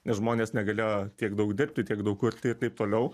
nes žmonės negalėjo tiek daug dirbti tiek daug kurti ir taip toliau